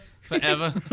Forever